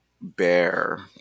bear